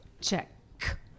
check